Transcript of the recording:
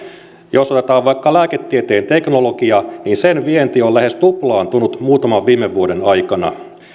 jos otetaan vaikka lääketieteen teknologia niin sen vienti on lähes tuplaantunut muutaman viime vuoden aikana